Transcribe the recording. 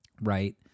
right